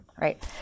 right